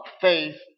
faith